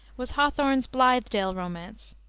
was hawthorne's blithedale romance,